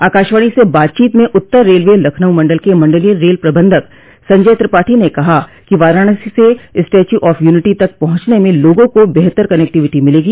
आकाशवाणी से बातचीत में उत्तर रेलवे लखनऊ मण्डल के मण्डलीय रेल प्रबन्धक संजय त्रिपाठी ने कहा कि वाराणसी से स्टेच्यू ऑफ यूनिटी तक पहुंचने में लोगों को बेहतर कनेक्टिविटी मिलेगी